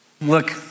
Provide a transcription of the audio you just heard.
Look